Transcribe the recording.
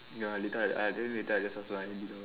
ya later I I think later I just ask lah in the middle